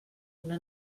una